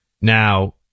Now